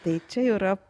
tai čia jau yra